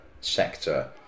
sector